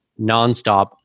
nonstop